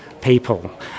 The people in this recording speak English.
people